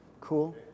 Cool